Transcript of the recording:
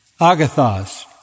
Agathos